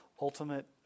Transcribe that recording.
ultimate